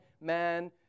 man